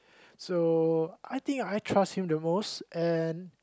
so I think I trust him the most and